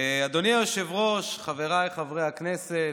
אדוני היושב-ראש, חבריי חברי הכנסת,